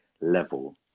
level